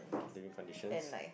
living conditions